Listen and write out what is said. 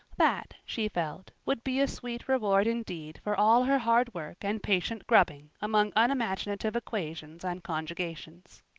that, she felt, would be a sweet reward indeed for all her hard work and patient grubbing among unimaginative equations and conjugations.